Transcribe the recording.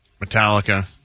Metallica